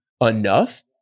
enough